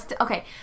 Okay